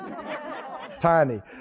Tiny